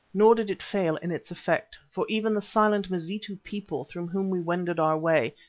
nor did it fail in its effect, for even the silent mazitu people through whom we wended our way,